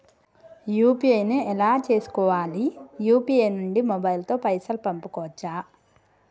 UPI ను ఎలా చేస్కోవాలి యూ.పీ.ఐ నుండి మొబైల్ తో పైసల్ పంపుకోవచ్చా?